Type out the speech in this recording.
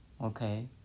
Okay